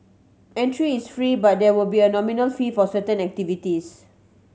entry is free but there will be a nominal fee for certain activities